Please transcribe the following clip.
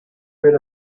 rid